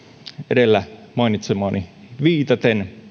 edellä mainitsemaani viitaten